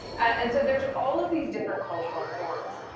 and so there's all of these different cultural norms,